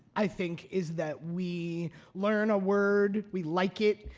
i think, is that we learn a word, we like it,